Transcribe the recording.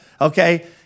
okay